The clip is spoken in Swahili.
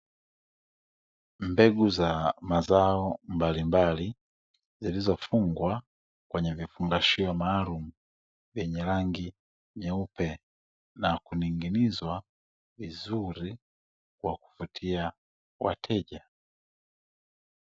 Mbegu za mazao mbalimbali zilizofungwa kwenye vifungashio maalumu vyenye rangi nyeupe na kuning'inizwa vizuri kwa kuvutia wateja.